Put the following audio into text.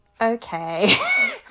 okay